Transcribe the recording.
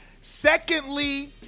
secondly